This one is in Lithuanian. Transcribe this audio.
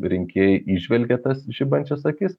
rinkėjai įžvelgia tas žibančias akis